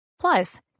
Plus